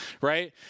right